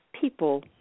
people